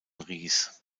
ries